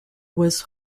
was